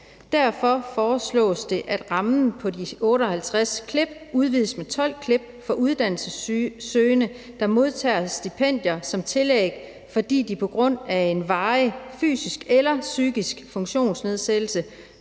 Derfor foreslås det, at rammen på de 58 klip udvides med 12 klip for uddannelsessøgende, der modtager stipendium som tillæg, fordi de på grund af en varig fysisk eller psykisk funktionsnedsættelse